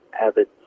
avid